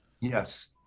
Yes